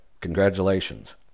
Congratulations